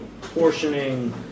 portioning